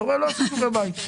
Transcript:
אתה רואה, לא עשו שיעורי בית.